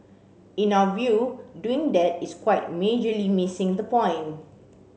in our view doing that is quite majorly missing the point